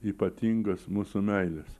ypatingos mūsų meilės